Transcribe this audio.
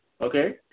okay